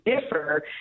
differ